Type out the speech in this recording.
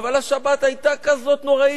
אבל השבת היתה כזאת נוראית,